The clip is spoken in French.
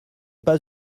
pas